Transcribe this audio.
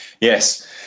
Yes